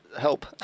Help